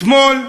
אתמול,